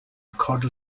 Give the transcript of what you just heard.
cod